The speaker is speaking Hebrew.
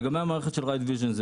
לגבי המערכת של ridevision,